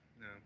no